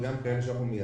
וגם כאלה שאנחנו מייצגים,